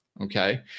okay